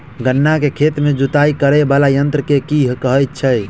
गन्ना केँ खेत केँ जुताई करै वला यंत्र केँ की कहय छै?